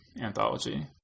anthology